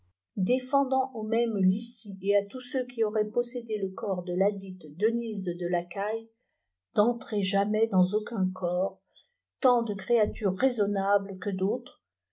défendant au même lissi et à tous ceux qui auraient possédé le corps de ladite denyse de lacaille d'entrer jamais dans aucun corps tant de créatures raisonnables que d'autres